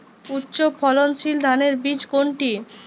উচ্চ ফলনশীল ধানের বীজ কোনটি?